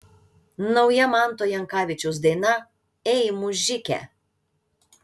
nauja manto jankavičiaus daina ei mužike